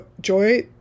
Joy